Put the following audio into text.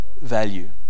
value